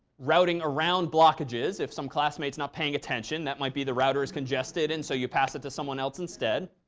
routing around blockages. if some classmate's not paying attention, that might be the router is congested. and so you pass it to someone else instead.